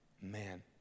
Man